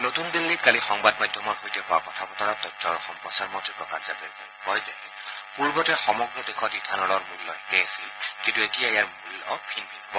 নতূন দিল্লীত কালি সংবাদ মাধ্যমৰ সৈতে হোৱা কথা বতৰাত তথ্য আৰু সম্প্ৰচাৰ মন্ত্ৰী প্ৰকাশ জাৱড়েকাৰে কয় যে পূৰ্বতে সমগ্ৰ দেশত ইথানলৰ মূল্য একে আছিল কিন্তু এতিয়া ইয়াৰ মূল্য ভিন ভিন হ'ব